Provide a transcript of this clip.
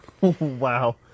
Wow